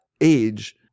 age